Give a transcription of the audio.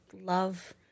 love